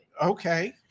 Okay